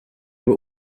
were